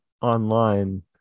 online